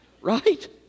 Right